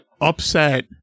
upset